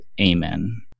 Amen